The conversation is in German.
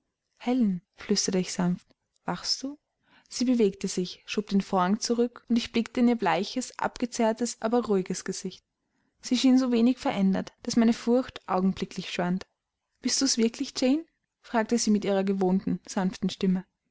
flüsterte ich sanft wachst du sie bewegte sich schob den vorhang zurück und ich blickte in ihr bleiches abgezehrtes aber ruhiges gesicht sie schien so wenig verändert daß meine furcht augenblicklich schwand bist du's wirklich jane fragte sie mit ihrer gewohnten sanften stimme